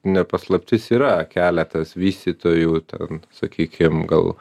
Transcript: ne paslaptis yra keletas vystytojų ten sakykim gal